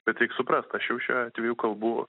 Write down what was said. bet reik suprast aš jau šiuo atveju kalbu